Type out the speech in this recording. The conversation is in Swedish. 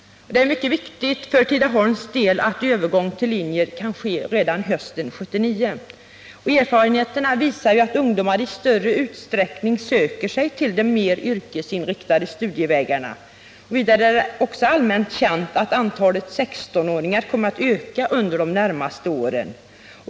Det är mycket viktigt för Tidaholms del att övergång till linjer kan ske redan hösten 1979. Erfarenheterna visar ju att ungdomar i större utsträckning än tidigare söker sig till de mer yrkesinriktade studievägarna. Vidare är det allmänt känt att antalet 16-åringar kommer att öka under de närmaste åren.